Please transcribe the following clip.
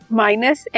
minus